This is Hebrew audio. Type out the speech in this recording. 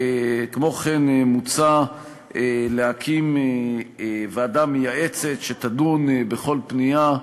כמו כן, מוצע להקים ועדה מייעצת שתדון בכל פנייה,